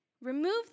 remove